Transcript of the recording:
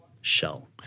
shell